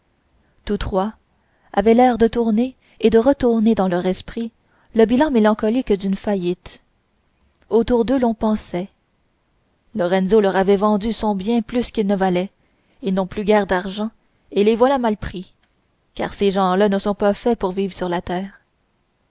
tous trois avaient l'air de tourner et de retourner dans leurs esprits le bilan mélancolique d'une faillite autour d'eux l'on pensait lorenzo leur a vendu son bien plus qu'il ne valait ils n'ont plus guère d'argent et les voilà mal pris car ces gens-là ne sont pas faits pour vivre sur la terre